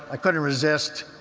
i couldn't resist,